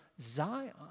Zion